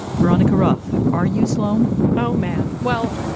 veronica roth, are you sloan? oh, man. well,